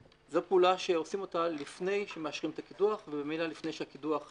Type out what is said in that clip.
זו פעולה שעושים אותה לפני שמאשרים את הקידוח וממילא לפני שהקידוח בוצע.